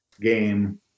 game